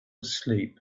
asleep